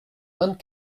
vingt